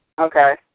Okay